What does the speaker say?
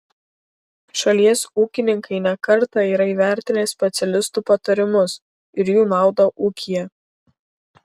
šalies ūkininkai ne kartą yra įvertinę specialistų patarimus ir jų naudą ūkyje